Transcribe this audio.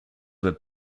were